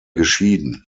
geschieden